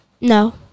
No